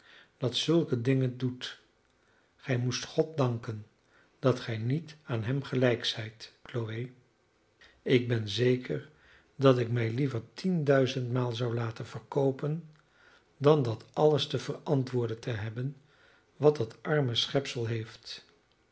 dat zulke dingen doet gij moest god danken dat gij niet aan hem gelijk zijt chloe ik ben zeker dat ik mij liever tien duizendmaal zou laten verkoopen dan dat alles te verantwoorden te hebben wat dat arme schepsel heeft